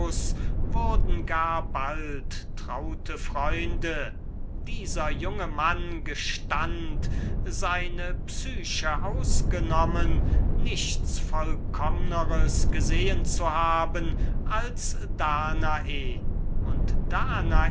gar bald gute freunde dieser junge mann gestund seine psyche ausgenommen nichts vollkommners gesehen zu haben als danae und danae